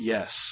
Yes